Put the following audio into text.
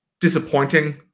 disappointing